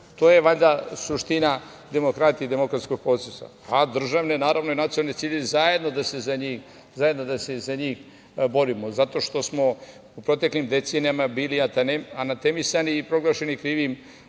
To je valjda suština demokratije i demokratskog procesa, a za državne i nacionalne ciljeve zajedno da se borimo zato što smo u proteklim decenijama bili anatemisani i proglašeni krivi